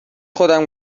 خودم